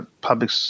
public